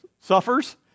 suffers